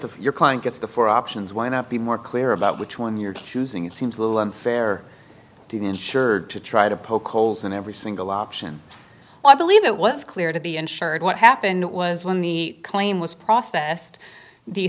that your client gets the four options why not be more clear about which one you're choosing it seems a little unfair to the insured to try to poke holes in every single option i believe it was clear to be insured what happened was when the claim was processed the